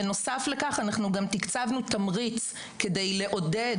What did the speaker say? בנוסף לכך אנחנו גם תקצבנו תמריץ כדי לעודד